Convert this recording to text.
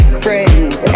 friends